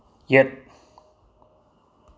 ꯌꯦꯠ